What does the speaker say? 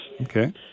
Okay